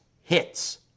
hits